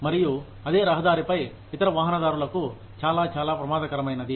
మరియు అదే రహదారిపై ఇతర వాహనదారులకు చాలా చాలా ప్రమాదకరమైనది